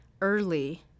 early